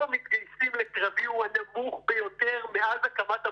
המתגייסים לקרבי הוא הנמוך ביותר מאז הקמת המדינה.